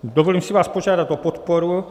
Dovolím si vás požádat o podporu.